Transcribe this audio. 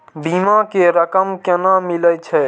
बीमा के रकम केना मिले छै?